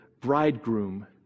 bridegroom